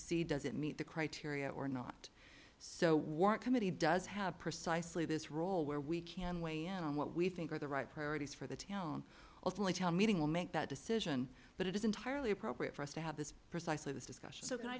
see does it meet the criteria or not so we're a committee does have precisely this role where we can weigh in on what we think are the right priorities for the town ultimately tell meeting will make that decision but it is entirely appropriate for us to have this precisely this discussion so can i